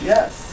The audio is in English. Yes